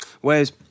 whereas